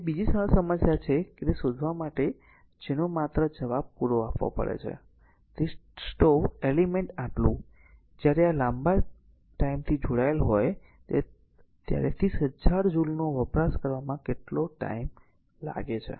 અને આ બીજી એક સરળ સમસ્યા છે તે શોધવા માટે કે જેનો માત્ર જવાબ આપવો પડે છે તે સ્ટોવ એલિમેન્ટ આટલું જ્યારે આ લાંબા ટાઈમ થી જોડાયેલ હોય ત્યારે 30000 જુલનો વપરાશ કરવામાં કેટલો ટાઈમ લાગે છે